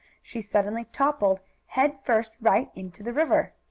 she suddenly toppled, head first, right into the river!